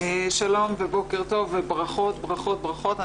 שלום ובוקר טוב וברכות ברכות ברכות.